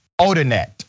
Odinette